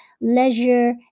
leisure